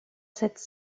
cette